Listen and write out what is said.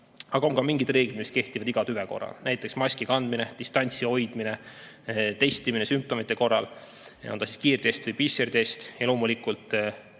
Aga on ka mingid reeglid, mis kehtivad iga tüve korral, näiteks maski kandmine, distantsi hoidmine, testimine sümptomite korral, on ta kiirtest või PCR-test. Loomulikult